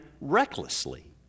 recklessly